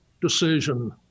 decision